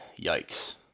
Yikes